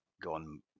gone